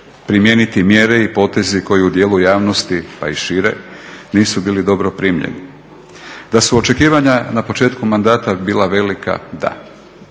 primijeniti mjere i potezi koji u dijelu javnosti pa i šire nisu bili dobro primljeni. Da su očekivanja na početku mandata bila velika da.